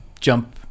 jump